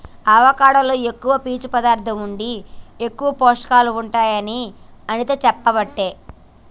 avocado లో ఎక్కువ పీచు పదార్ధం ఉండి ఎక్కువ పోషకాలు ఉంటాయి అని అనిత చెప్పబట్టే